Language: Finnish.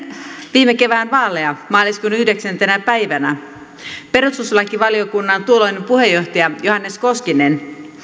viime kevään vaaleja maaliskuun yhdeksäntenä päivänä perustuslakivaliokunnan tuolloinen puheenjohtaja johannes koskinen